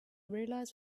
realize